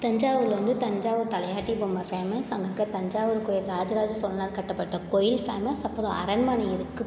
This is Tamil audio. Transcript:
தஞ்சாவூர்ல வந்து தஞ்சாவூர் தலையாட்டி பொம்மை ஃபேமஸ் அங்கே இருக்க தஞ்சாவூர் கோயில் ராஜ ராஜ சோழனால் கட்டப்பட்ட கோயில் ஃபேமஸ் அப்புறம் அரண்மனை இருக்குது